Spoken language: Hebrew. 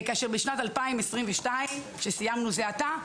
כאשר בשנת 2022 שסיימנו זה עתה,